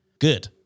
Good